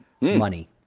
money